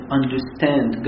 understand